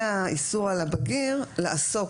והאיסור על הבגיר לעסוק.